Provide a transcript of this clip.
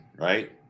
right